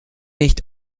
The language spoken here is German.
nicht